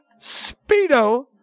Speedo